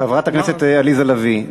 חברת הכנסת עליזה לביא,